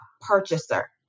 purchaser